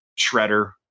shredder